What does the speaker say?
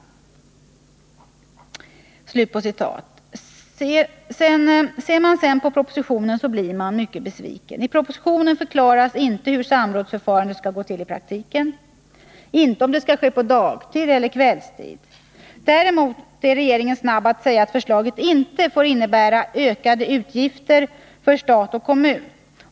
Ser man sedan på propositionen blir man mycket besviken. I propositionen förklaras inte hur samrådsförfarande skall gå till i praktiken, inte heller om det skall ske på dagtid eller kvällstid. Däremot är regeringen snabb att säga att förslaget inte får innebära ökade utgifter för stat och kommun.